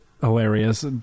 hilarious